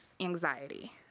anxiety